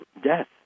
death